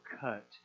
cut